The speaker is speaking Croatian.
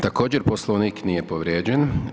Također Poslovnik nije povrijeđen.